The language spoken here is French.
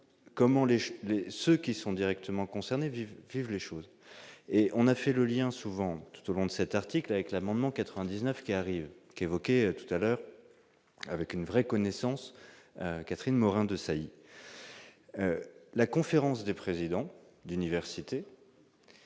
les ceux qui sont directement concernés, vive vive les choses et on a fait le lien souvent tout au long de cet article avec l'amendement 99 qui arrive, qui évoquait tout à l'heure avec une vraie connaissance Catherine Morin- Desailly, la conférence des présidents d'université.